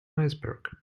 iceberg